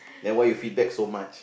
then why you feedback so much